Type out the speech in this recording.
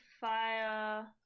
Fire